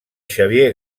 xavier